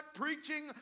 preaching